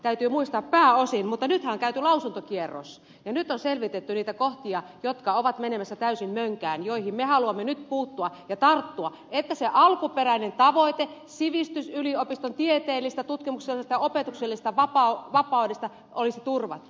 täytyy muistaa että pääosin ja nythän on käyty lausuntokierros ja nyt on selvitetty niitä kohtia jotka ovat menemässä täysin mönkään joihin me haluamme nyt puuttua ja tarttua että se alkuperäinen tavoite sivistysyliopiston tieteellisestä tutkimuksesta opetuksellisesta vapaudesta olisi turvattu